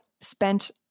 spent